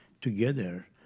together